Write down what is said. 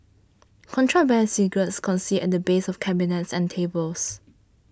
contraband cigarettes concealed at the base of cabinets and tables